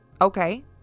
Okay